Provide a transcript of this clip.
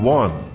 one